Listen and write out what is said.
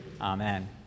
Amen